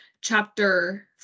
chapter